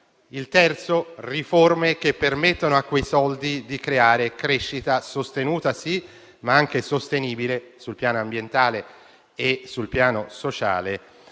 Il terzo: riforme che permettano a quei soldi di creare crescita sostenuta, sì, ma anche sostenibile sul piano ambientale e sociale